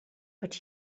but